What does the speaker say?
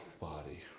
body